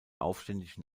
aufständischen